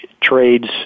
trades